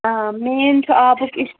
آ مین چھُ آبُک اِشوٗ